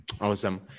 Awesome